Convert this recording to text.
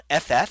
FF